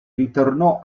ritornò